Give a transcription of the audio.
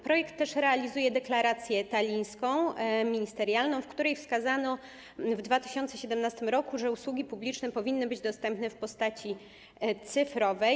Projekt realizuje też deklarację tallińską, ministerialną, w której wskazano w 2017 r., że usługi publiczne powinny być dostępne w postaci cyfrowej.